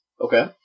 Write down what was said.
Okay